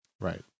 Right